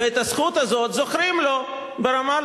ואת הזכות הזאת זוכרים לו ברמאללה,